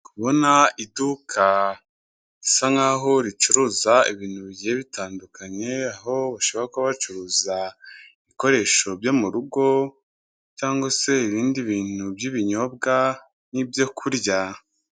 Kubona iduka risa nkaho ricuruza ibintu bigiye bitandukanye aho bashobora kuba bacuruza ibikoresho byo mu rugo cyangwa se ibindi bintu by'ibinyobwa n'ibyo kurya.